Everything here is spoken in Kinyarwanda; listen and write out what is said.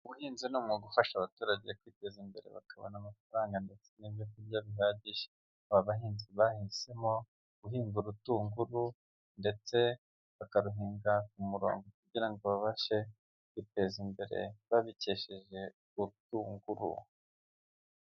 Ubuhinzi ni umwuga ugufasha abaturage kwiteza imbere bakabona amafaranga ndetse n'ibyo kurya bihagije, aba bahinzi bahisemo guhinga urutunguru, ndetse bakaruhinga ku murongo kugira ngo babashe kwiteza imbere babikesheje urwo rutunguru.